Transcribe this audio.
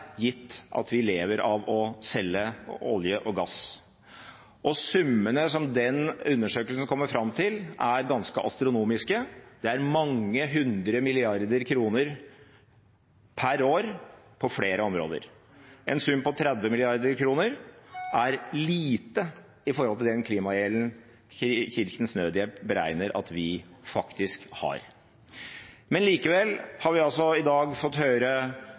gitt at vi lever av å selge olje og gass. Summene som den undersøkelsen kommer fram til, er ganske astronomiske. Det er mange hundre milliarder kroner per år på flere områder. En sum på 30 mrd. kr er lite i forhold til den klimagjelden Kirkens Nødhjelp beregner at vi faktisk har. Likevel har vi i dag fått